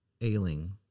ailing